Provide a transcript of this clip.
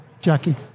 Jackie